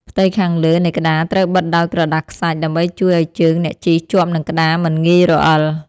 ផ្ទៃខាងលើនៃក្ដារត្រូវបិទដោយក្រដាសខ្សាច់ ដើម្បីជួយឱ្យជើងអ្នកជិះជាប់នឹងក្ដារមិនងាយរអិល។